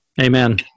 Amen